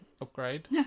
upgrade